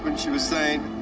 but she was saying,